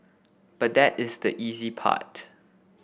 but that is the easy part